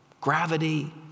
Gravity